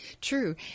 True